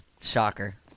shocker